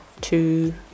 two